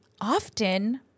often